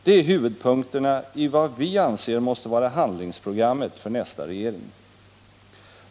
Det är huvudpunkterna i vad vi anser måste vara handlings programmet för nästa regering.